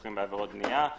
שכרוכים בעבירות בנייה.